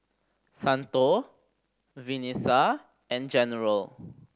Santo Venessa and General